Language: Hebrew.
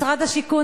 משרד השיכון,